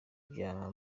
bya